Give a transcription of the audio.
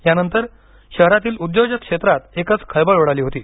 यानंतर शहरातील उद्योजक क्षेत्रात एकच खळबळ उडाली होती